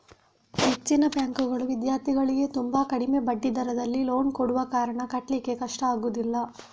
ಹೆಚ್ಚಿನ ಬ್ಯಾಂಕುಗಳು ವಿದ್ಯಾರ್ಥಿಗಳಿಗೆ ತುಂಬಾ ಕಡಿಮೆ ಬಡ್ಡಿ ದರದಲ್ಲಿ ಲೋನ್ ಕೊಡುವ ಕಾರಣ ಕಟ್ಲಿಕ್ಕೆ ಕಷ್ಟ ಆಗುದಿಲ್ಲ